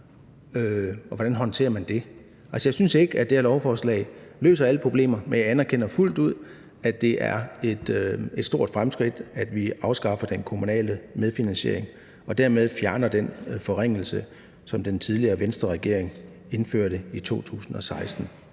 og hvordan man håndterer det. Jeg synes ikke, at det her lovforslag løser alle problemer, men jeg anerkender fuldt ud, at det er et stort fremskridt, at vi afskaffer den kommunale medfinansiering og dermed fjerner den forringelse, som den tidligere Venstreregering indførte i 2016.